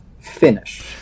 finish